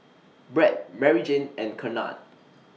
Brad Maryjane and Kennard